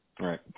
Right